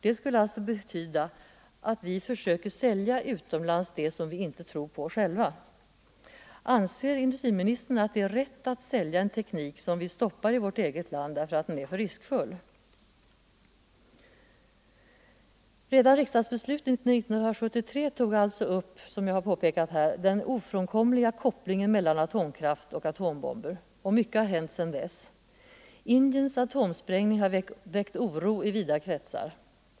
Det skulle betyda att vi utomlands försöker sälja det som vi själva inte tror på. Anser industriministern att det är rätt att sälja en teknik som vi stoppar i vårt eget land därför att den är för riskfylld? Redan riksdagsbeslutet 1973 tog upp den ofrånkomliga kopplingen mellan atomkraft och atombomber. Mycket har hänt sedan dess. Indiens atomsprängning har väckt oro i vida kretsar.